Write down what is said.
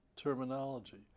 terminology